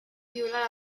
violar